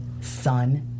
son